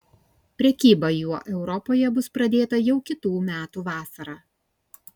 prekyba juo europoje bus pradėta jau kitų metų vasarą